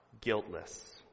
guiltless